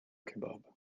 kebab